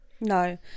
no